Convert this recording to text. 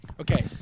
Okay